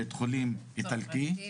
בית חולים איטלקי,